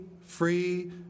free